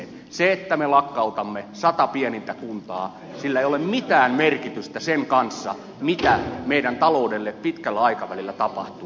sillä että me lakkautamme sata pienintä kuntaa ei ole mitään merkitystä sen kanssa mitä meidän taloudellemme pitkällä aikavälillä tapahtuu